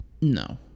No